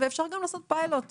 ואפשר גם לעשות פיילוט,